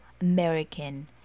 american